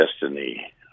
Destiny